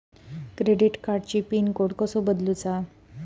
Credit कार्डची pin code कसो बदलुचा?